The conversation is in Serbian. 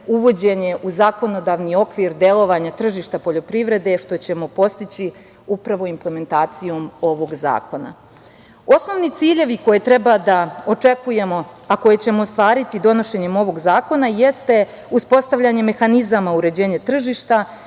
uvođenje u zakonodavni okvir delovanja tržišta poljoprivrede što ćemo postići upravo implementacijom ovog zakona. Osnovni ciljevi koje treba da očekujemo a koje ćemo ostvariti donošenjem ovog zakona jeste uspostavljanjem mehanizama uređenje tržišta,